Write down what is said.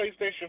PlayStation